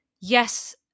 yes